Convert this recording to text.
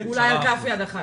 אולי על כף יד אחת.